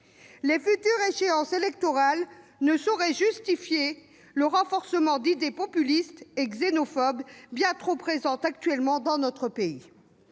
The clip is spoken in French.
Les futures échéances électorales ne sauraient justifier le renforcement d'idées populistes et xénophobes, bien trop présentes actuellement dans notre pays.